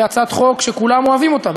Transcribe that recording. להצעת חוק שכולם אוהבים אותה,